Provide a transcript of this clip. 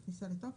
חיי תוקף.